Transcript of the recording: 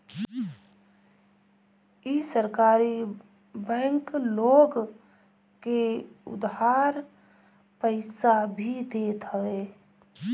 इ सहकारी बैंक लोग के उधार पईसा भी देत हवे